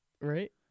Right